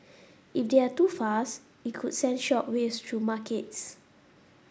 if they're too fast it could send shock waves through markets